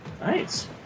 Nice